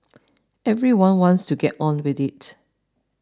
everyone wants to get on with it